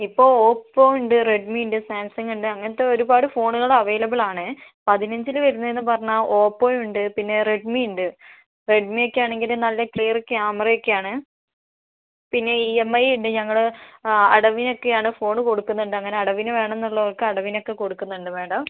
ഇപ്പോൾ ഓപ്പൊ ഉണ്ട് റെഡ്മീ ഉണ്ട് സാംസങ് ഉണ്ട് അങ്ങനത്തെ ഒരുപാട് ഫോണുകൾ അവൈലബിൾ ആണ് പതിനഞ്ചിൽ വരുന്നതെന്ന് പറഞ്ഞാൽ ഓപ്പോ ഉണ്ട് പിന്നെ റെഡ്മീ ഉണ്ട് റെഡ്മീക്കാണങ്കിൽ നല്ല ക്ലിയർ ക്യാമറ ഒക്കെയാണ് പിന്നെ ഈ എം ഐ ഉണ്ട് ഞങ്ങൾ അടവിനൊക്കെയാണ് ഫോൺ കൊടുക്കുന്നുണ്ട് അങ്ങനെ അടവിന് വേണമെന്നുള്ളവർക്ക് അടവിനൊക്കെ കൊടുക്കുന്നുണ്ട് മേഡം